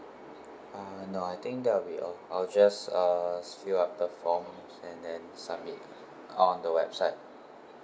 uh no I think that would be all I'll just uh fill up the forms and then submit on the website